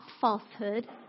falsehood